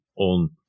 on